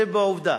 זו עובדה.